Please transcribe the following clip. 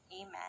Amen